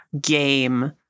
game